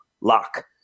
lock